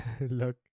Look